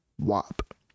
wop